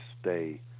stay